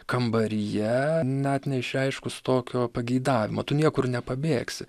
kambaryje net neišreiškus tokio pageidavimo tu niekur nepabėgsi